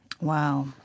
Wow